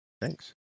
thanks